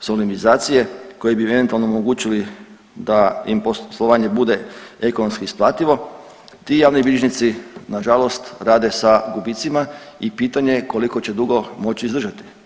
solemnizacije, koji bi im eventualno omogućili da im poslovanje bude ekonomski isplativo, ti javni bilježnici nažalost rade sa gubicima i pitanje je koliko će dugo moći izdržati.